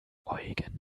eugen